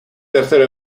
tercero